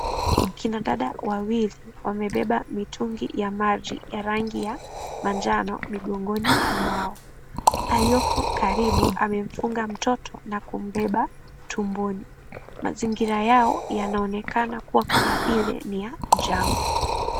Kina dada wawili wamebeba mitungi ya maji ya rangi ya manjano migongoni mwao. Aliyoko karibu amemfunga mtoto na kumbeba tumboni. Mazingira haya yanaonekana kuwa kanma vile ni ya jangwa.